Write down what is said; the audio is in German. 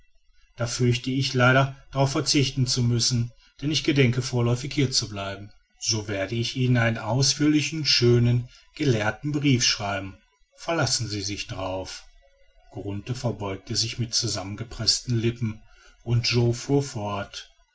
dann fürchte ich leider darauf verzichten zu müssen denn ich gedenke vorläufig hierzubleiben so werde ich ihnen einen ausführlichen schönen gelehrten brief schreiben verlassen sie sich darauf grunthe verbeugte sich mit zusammengepreßten lippen und jo fuhr fort